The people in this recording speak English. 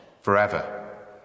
forever